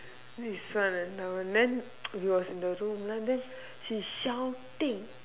this one is ah then we were in the room then she's shouting